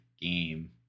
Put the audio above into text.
game